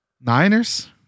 Niners